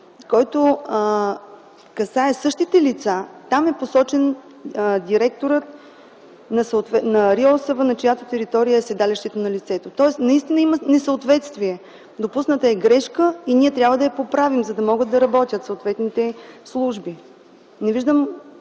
които касаят същите лица, е посочен директорът на РИОСВ, на чиято територия е седалището на лицето. Тоест наистина има несъответствие. Допусната е грешка и ние трябва да я поправим, за да могат да работят съответните служби. Не виждам